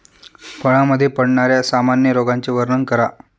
फळांमध्ये पडणाऱ्या सामान्य रोगांचे वर्णन करा